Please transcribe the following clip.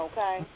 Okay